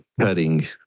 cutting